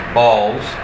balls